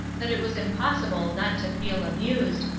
that it was impossible not to feel amused,